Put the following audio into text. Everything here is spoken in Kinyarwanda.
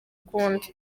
ukundi